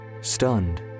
Stunned